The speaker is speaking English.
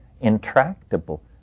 intractable